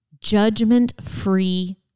judgment-free